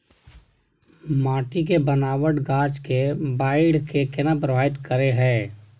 माटी के बनावट गाछ के बाइढ़ के केना प्रभावित करय हय?